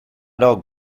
dog